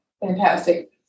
fantastic